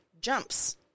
jumps